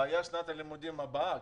הבעיה היא שנת הלימודים הבאה,